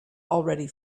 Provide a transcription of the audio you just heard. already